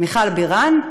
מיכל בירן,